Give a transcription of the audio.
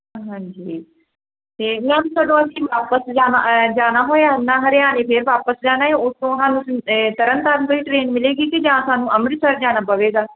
ਹਾਂਜੀ ਅਤੇ ਮੈਮ ਜਦੋਂ ਅਸੀਂ ਵਾਪਿਸ ਜਾਣਾ ਜਾਣਾ ਹੋਇਆ ਨਾ ਹਰਿਆਣੇ ਫਿਰ ਵਾਪਿਸ ਜਾਣਾ ਹੈ ਉੱਥੋਂ ਸਾਨੂੰ ਤਰਨ ਤਾਰਨ ਦੀ ਟਰੇਨ ਮਿਲੇਗੀ ਕਿ ਜਾਂ ਸਾਨੂੰ ਅੰਮ੍ਰਿਤਸਰ ਜਾਣਾ ਪਵੇਗਾ